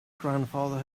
grandfather